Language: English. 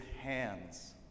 hands